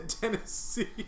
Tennessee